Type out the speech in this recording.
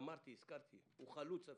הזכרתי הוא אפילו חלוץ.